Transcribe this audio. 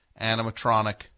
Animatronic